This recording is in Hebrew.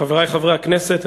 חברי חברי הכנסת,